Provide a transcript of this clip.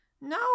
no